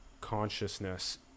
consciousness